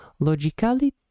logicality